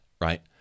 Right